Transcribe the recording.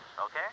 okay